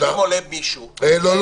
אבל אם עולה מישהו --- לא,